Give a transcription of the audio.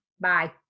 Bye